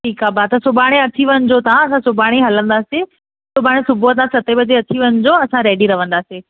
ठीकु आहे बाक़ी सुभाणे अची वञिजो तव्हां असां सुभाणे ई हलंदासीं सुभाणे सुबुहु सते बजे तव्हां अची वञिजो असां रेडी रहंदासीं